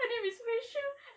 her name is vishu